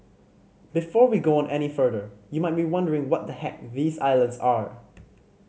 before we go on any further you might be wondering what the heck these islands are